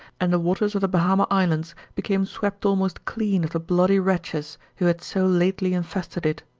and the waters of the bahama islands became swept almost clean of the bloody wretches who had so lately infested it.